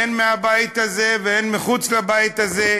הן מהבית הזה והן מחוץ לבית הזה,